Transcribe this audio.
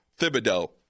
Thibodeau